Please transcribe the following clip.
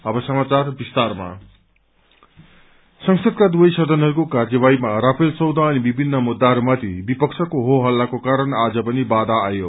एडर्जान संसदका ादुवै सदनहरूको कार्यवाहीमा राफेल सौदाा अनि विभिन्न मुद्दाहरू माथि विपक्षको हो हल्लाको कारण आज पनि बाधा आयो